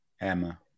Emma